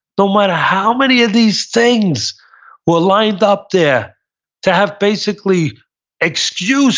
no matter how many of these things were lined up there to have basically excuses